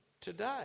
today